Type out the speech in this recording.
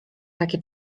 takie